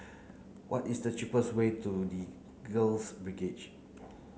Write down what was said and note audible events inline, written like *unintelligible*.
what is the cheapest way to The Girls *unintelligible*